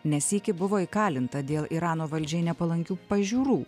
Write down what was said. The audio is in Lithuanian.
ne sykį buvo įkalinta dėl irano valdžiai nepalankių pažiūrų